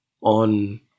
on